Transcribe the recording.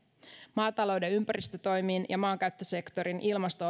maatalouden ympäristötoimiin ja maankäyttösektorin ilmasto